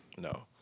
No